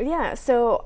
yeah so